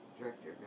director